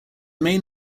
main